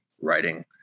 writing